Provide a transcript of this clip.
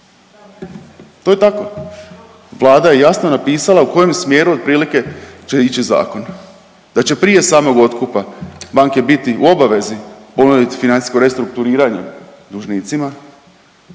To je tako. Vlada je jasno napisala u kojem smjeru otprilike će ići zakon, da će prije samog otkupa banke biti u obavezi ponuditi financijsko restrukturiranje dužnicima